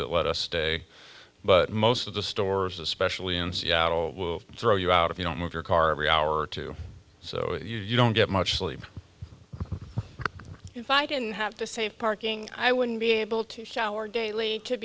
that let us stay but most of the stores especially in seattle will throw you out if you don't move your car every hour or two so you don't get much sleep if i didn't have to save parking i wouldn't be able to shower daily